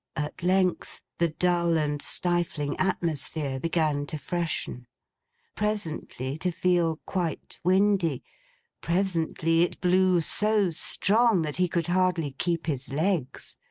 at length, the dull and stifling atmosphere began to freshen presently to feel quite windy presently it blew so strong, that he could hardly keep his legs.